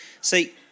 See